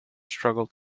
struggled